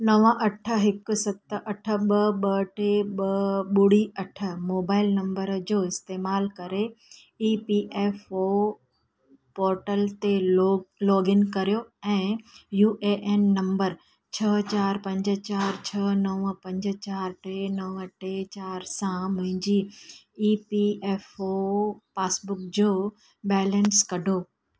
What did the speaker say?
नव अठ हिकु सत अठ ॿ ॿ टे ॿ ॿ ॿुड़ी अठ मोबाइल नंबर जो इस्तेमालु करे E P F O portal ते लो लोगिन करे ऐं यू ए एन नंबर छह चारि पंज चारि छह नव पंज चारि टे नव टे चारि सां मुंहिंजी E P F O passbook जो बैलेंस कढो